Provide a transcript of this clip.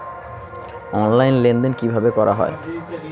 Online লেনদেন কিভাবে করা হয়?